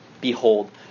behold